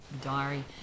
diary